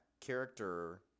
character